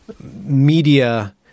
media